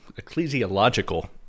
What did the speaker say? ecclesiological